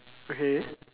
okay